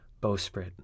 bowsprit